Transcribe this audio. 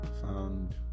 found